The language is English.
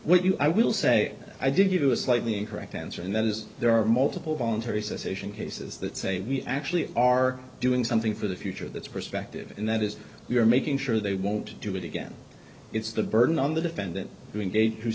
you i will say i did give you a slightly incorrect answer and that is there are multiple voluntary cessation cases that say we actually are doing something for the future that's perspective and that is we are making sure they won't do it again it's the burden on the defendant to engage who